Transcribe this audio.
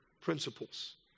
principles